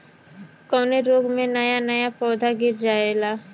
कवने रोग में नया नया पौधा गिर जयेला?